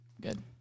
good